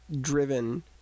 driven